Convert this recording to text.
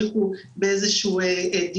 אין לנו בעיה להביא את הנתונים האלה שוב אם